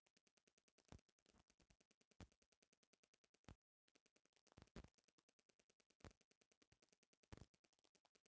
commodity money चाहे मूल परनाली अर्थव्यवस्था के मजबूत करे में आपन बड़का योगदान देवेला